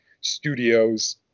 studio's